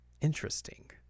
interesting